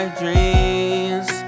dreams